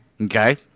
Okay